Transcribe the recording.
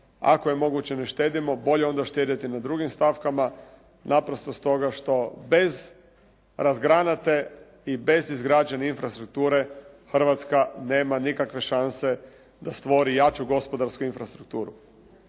ako je moguće ne štedimo. Bolje je onda štediti na drugim stavkama naprosto stoga što bez razgranate i bez izgrađene infrastrukture Hrvatska nema nikakve šanse da stvori jaču gospodarsku infrastrukturu.